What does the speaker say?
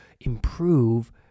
improve